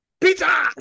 Pizza